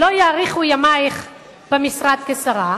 לא יאריכו ימייך במשרד כשרה